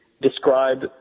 describe